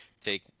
Take